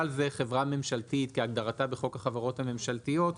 זה חברה ממשלתית כהגדרתה בחוק החברות הממשלתיות,